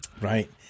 Right